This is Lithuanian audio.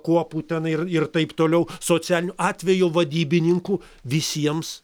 kuopų tenai ir ir taip toliau socialiniu atvejo vadybininkų visiems